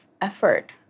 effort